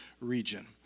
region